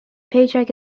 paycheck